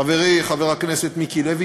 חברי חבר הכנסת מיקי לוי,